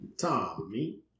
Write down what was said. Tommy